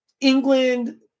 England